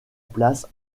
place